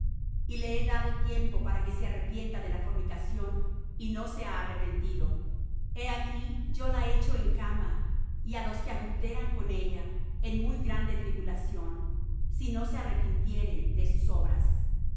y le he dado tiempo para que se arrepienta de la fornicación y no se ha arrepentido he aquí yo la echo en cama y á los que adulteran con ella en muy grande tribulación si no se arrepintieren de sus obras